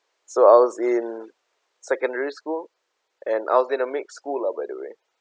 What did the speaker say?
so I was in secondary school and I was in a mixed school lah by the way